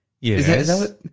Yes